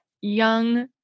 young